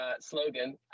slogan